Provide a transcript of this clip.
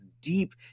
deep